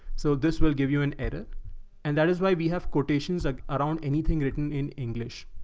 so this will give you an error and that is why we have quotations like around anything written in english.